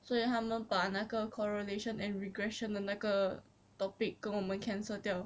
所以他们把那个 correlation and regression 的那个 topic 跟我们 cancel 掉